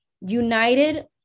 united